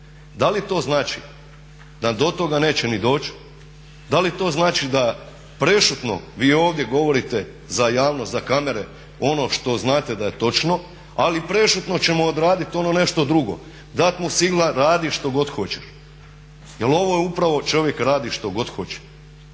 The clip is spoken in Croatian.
Da li to znači da do toga neće ni doći, da li to znači da vi prešutno ovdje govorite za javnost, za kamere ono što znate da je točno ali prešutno ćemo odraditi ono nešto drugo, dat mu … radi što god hoćeš jel ovo je upravo čovjek radi što god hoće.